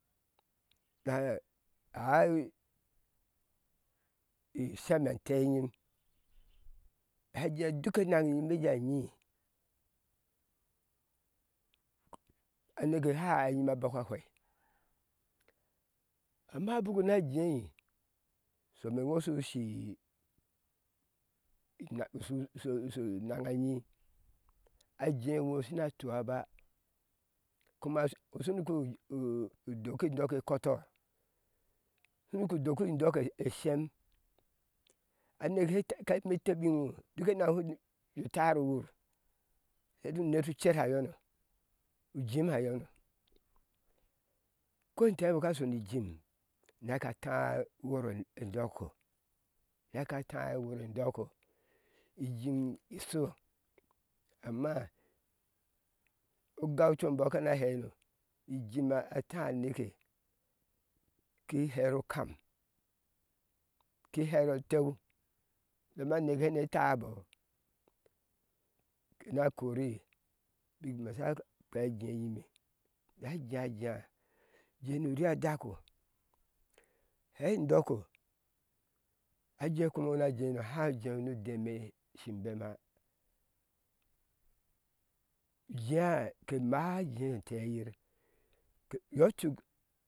Na a ɛai ishem ante nyim sha jee duk enaŋ enyime sha jea anyi aneke sha ai inyime a bɔk a fwei amma buk na jei shome eŋo shushi inak shi sjo sho iinaŋayiŋ ajee eŋo shana tura ba kuma ushunu gunu udoki indɔke kɔtɔ shinu ku doki indɔk eshem oner kene tebi iŋo duk enaŋ eŋo duk shujeu u tar uwur ati uner shu ceha yɔno u jim ha yɔɔ ko inte ŋo ka shoni i jim uneka a tai iwor endɔko uneka tai iwor endɔk o ijim isho amma ogau com enbɔɔ kana hei no ijim ataa annekente ki her okam ki her oteu doma aneke ane táá boɔɔ kena korii i nyime sha jea jee e nyime sha jea jea jenu uri a adako hehi ndɔko a jea kome eŋo shunu jei no hau jeŋo nu domi shin be ma ujea ka máá ajee enteyir te iyɔ tuk